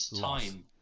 time